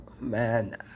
man